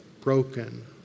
broken